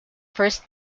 first